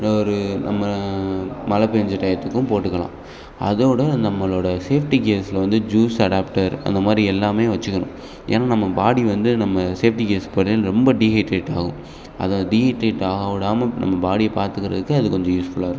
ஒரு நம்ம மழை பேய்ஞ்ச டையத்துக்கும் போட்டுக்கலாம் அதோடு நம்மளோடய சேஃப்ட்டி கியர்ஸில் வந்து ஜூஸ் அடாப்ட்டர் அந்த மாதிரி எல்லாமே வச்சுக்கணும் ஏன்னால் நம்ம பாடி வந்து நம்ம சேஃப்டி கியர்ஸ் போடயில ரொம்ப டீஹைட்ரேட் ஆகும் அதை டீஹைட்ரேட் ஆக விடாம நம்ம பாடியை பார்த்துக்கறதுக்கு அது கொஞ்சம் யூஸ்ஃபுல்லாக இருக்கும்